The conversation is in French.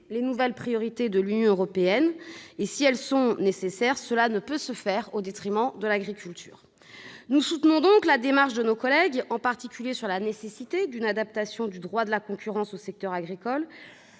les nouvelles priorités politiques de l'Union européenne. Si le financement de ces priorités est nécessaire, cela ne doit pas se faire au détriment de l'agriculture. Nous soutenons donc la démarche de nos collègues, en particulier sur la nécessité d'une adaptation du droit de la concurrence au secteur agricole,